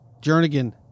Jernigan